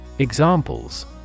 Examples